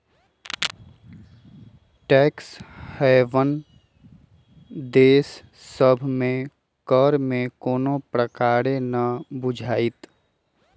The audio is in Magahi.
टैक्स हैवन देश सभ में कर में कोनो प्रकारे न बुझाइत